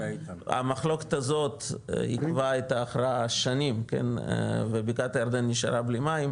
המחלוקת הזאת עיכבה את ההכרעה שנים ובקעת הירדן נשארה בלי מים,